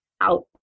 out